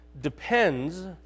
depends